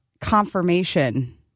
confirmation